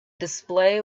display